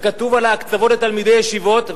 כתוב על ההקצבות לתלמידי ישיבות.